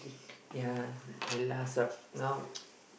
ya the last of now